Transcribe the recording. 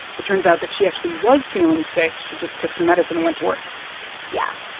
it turns out that she actually was feeling sick she just took some medicine and went to work yeah.